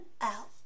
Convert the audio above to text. out